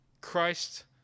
Christ